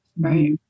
Right